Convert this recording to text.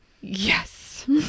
Yes